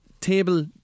table